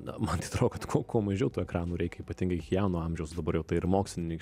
na man tai atrodo kad kuo kuo mažiau tų ekranų reikia ypatingai jauno amžiaus dabar jau tai ir moksliniai